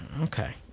Okay